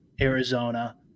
Arizona